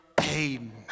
Amen